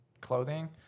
clothing